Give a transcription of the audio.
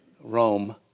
Rome